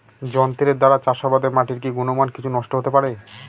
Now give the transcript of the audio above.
যন্ত্রের দ্বারা চাষাবাদে মাটির কি গুণমান কিছু নষ্ট হতে পারে?